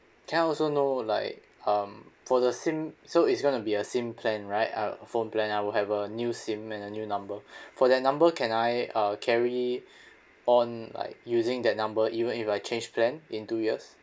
can I also know like um for the sim so it's gonna be a sim plan right uh phone plan I will have a new sim and a new number for that number can I uh carry on like using that number even if I change plan in two years